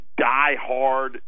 diehard